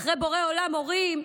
ואחרי בורא עולם, הורים,